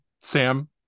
Sam